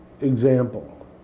example